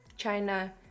China